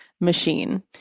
machine